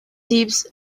heaps